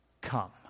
Come